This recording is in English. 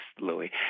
Louis